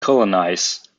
colonize